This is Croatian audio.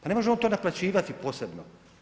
Pa ne može on to naplaćivati posebno.